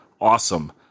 awesome